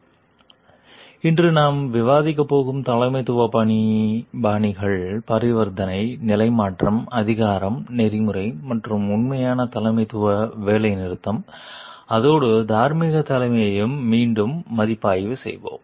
slide நேரம் 0047 பார்க்கவும் இன்று நாம் விவாதிக்கப் போகும் தலைமைத்துவ பாணிகள் பரிவர்த்தனை நிலைமாற்ற அதிகாரம் நெறிமுறை மற்றும் உண்மையான தலைமைத்துவ வேலைநிறுத்தம் அதோடு தார்மீக தலைமையையும் மீண்டும் மதிப்பாய்வு செய்வோம்